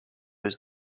was